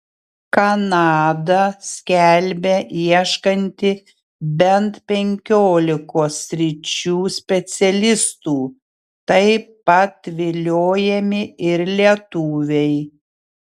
kanada skelbia ieškanti bent penkiolikos sričių specialistų taip pat viliojami ir lietuviai